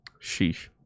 Sheesh